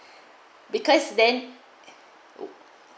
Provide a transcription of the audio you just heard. because that